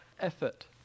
effort